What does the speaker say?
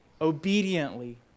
obediently